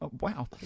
wow